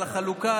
על החלוקה,